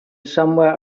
somewhere